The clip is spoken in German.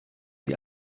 sie